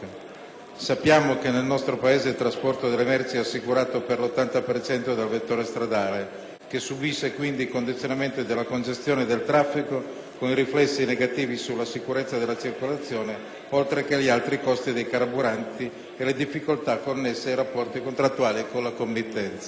Sappiamo che nel nostro Paese il trasporto delle merci è assicurato per l'80 per cento dal vettore stradale, che subisce quindi i condizionamenti della congestione del traffico, con riflessi negativi sulla sicurezza della circolazione, oltre che gli alti costi dei carburanti e le difficoltà connesse ai rapporti contrattuali con la committenza.